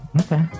Okay